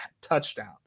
touchdown